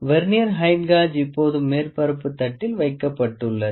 vernier height gauge இப்போது மேற்பரப்பு தட்டில் வைக்கப்பட்டுள்ளது